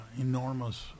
enormous